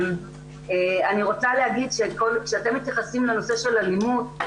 אני רוצה להגיד שכשאתם מתייחסים לנושא של אלימות,